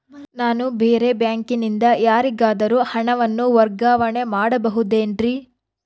ನಾನು ಬೇರೆ ಬ್ಯಾಂಕಿನಿಂದ ಯಾರಿಗಾದರೂ ಹಣವನ್ನು ವರ್ಗಾವಣೆ ಮಾಡಬಹುದೇನ್ರಿ?